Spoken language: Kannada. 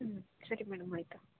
ಹ್ಞೂ ಸರಿ ಮೇಡಮ್ ಆಯಿತು